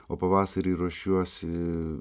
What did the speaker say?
o pavasarį ruošiuosi